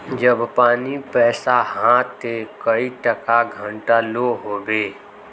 जब पानी पैसा हाँ ते कई टका घंटा लो होबे?